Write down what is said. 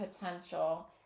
potential